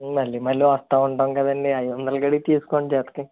మళ్ళీ వస్తా ఉంటాము కదండీ అయిదు వందల కాడికి తీస్కోండి జతకి